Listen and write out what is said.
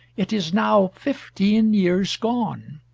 it is now fifteen years gone.